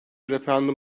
referandum